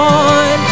on